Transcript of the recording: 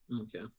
Okay